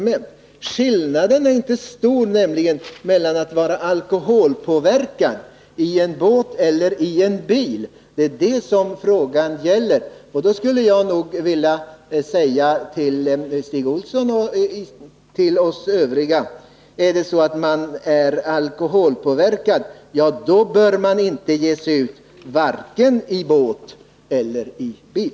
Men skillnaden är inte stor mellan att vara alkoholpåverkad i en båt och att vara det i en bil. Det är det som frågan gäller. Jag skulle vilja säga till Stig Olsson och till kammarens övriga ledamöter att den som är alkoholpåverkad inte bör ge sig ut vare sig i båt eller i bil.